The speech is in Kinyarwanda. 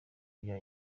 bya